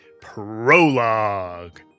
Prologue